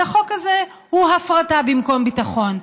אז החוק הזה הוא הפרטה במקום ביטחון.